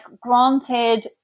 granted